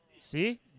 See